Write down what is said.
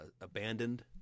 abandoned